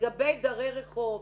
לגבי דרי רחוב.